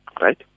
Right